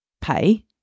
pay